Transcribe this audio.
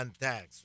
thanks